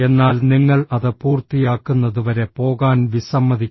എന്നാൽ നിങ്ങൾ അത് പൂർത്തിയാക്കുന്നതുവരെ പോകാൻ വിസമ്മതിക്കുന്നു